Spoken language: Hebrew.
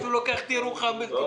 זה עושה בעיה חמורה,